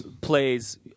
plays